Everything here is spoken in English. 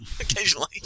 Occasionally